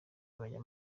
bajya